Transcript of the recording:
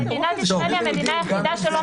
מדינת ישראל היא המדינה היחידה שלא